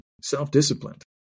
self-disciplined